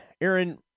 Aaron